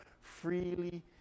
freely